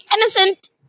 innocent